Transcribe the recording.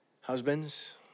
husbands